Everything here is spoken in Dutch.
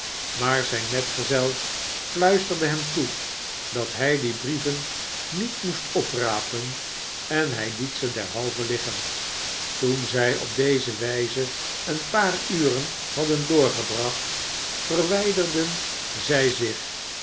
maar zijn metgezel fluisterde hem toe dat hij die brieven niet moest oprapen en hij liet ze derhalve liggen toen zij op deze wijze een paar uren hadden doorgebracht verwijderden zij zich